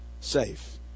safe